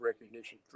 recognition